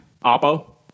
Oppo